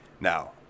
Now